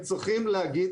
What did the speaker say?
הם צריכים להגיד,